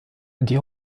die